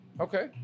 Okay